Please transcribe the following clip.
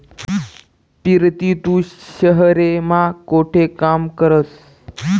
पिरती तू शहेर मा कोठे काम करस?